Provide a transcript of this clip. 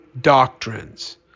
doctrines